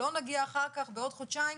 שלא נגיע אחר כך בעוד חודשיים,